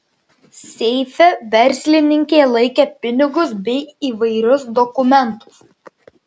seife verslininkė laikė pinigus bei įvairius dokumentus